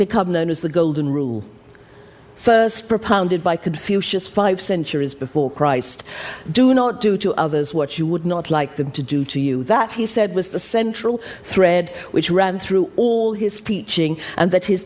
become known as the golden rule first propounded by confucius five centuries before christ do not do to others what you would not like them to do to you that he said was the central thread which ran through all his teaching and that his